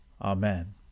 Amen